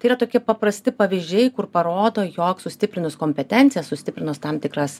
tai yra tokie paprasti pavyzdžiai kur parodo jog sustiprinus kompetencijas sustiprinus tam tikras